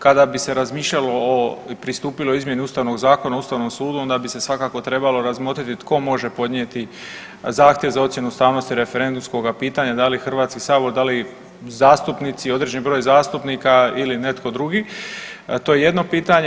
Kada bi se razmišljalo i pristupilo izmjeni Ustavnog zakona o ustavnom sudu onda bi se svakako trebalo razmotriti tko može podnijeti zahtjev za ocjenu ustavnosti referendumskoga pitanja, da li HS, da li zastupnici, određeni broj zastupnika ili netko drugi, to je jedno pitanje.